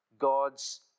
God's